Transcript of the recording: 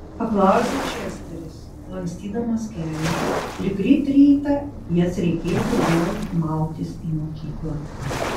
paklausė česteris lankstydamas kelnes lyg ryt rytą jas reikėtų vėl mautis į mokyklą